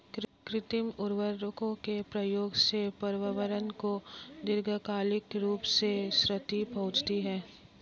कृत्रिम उर्वरकों के प्रयोग से पर्यावरण को दीर्घकालिक रूप से क्षति पहुंचती है